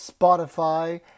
Spotify